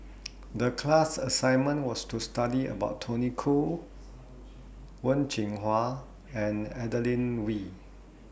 The class assignment was to study about Tony Khoo Wen Jinhua and Adeline Ooi